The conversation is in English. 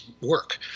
work